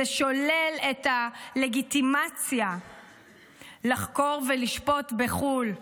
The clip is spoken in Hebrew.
זו לגיטימציה לחקור ולשפוט ישראלים בחו"ל.